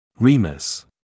Remus